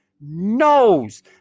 knows